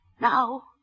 now